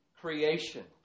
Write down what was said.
creation